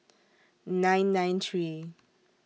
nine nine three